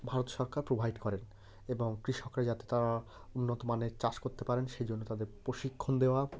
ভারত সরকার প্রোভাইড করেন এবং কৃষকরা যাতে তারা উন্নতমানের চাষ করতে পারেন সেই জন্য তাদের প্রশিক্ষণ দেওয়া